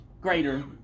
greater